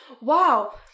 wow